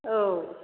औ